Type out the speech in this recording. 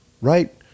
right